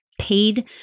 paid